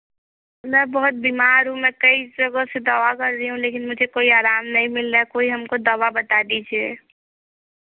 मैं बहुत बीमार हूँ मै कई जगहों से दवा कर रही हूँ लेकिन मुझे कोई आराम नहीं मिल रहा है कोई हमको दवा बता दीजिए